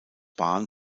bahn